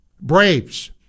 Braves